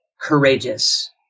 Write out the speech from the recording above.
courageous